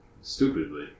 stupidly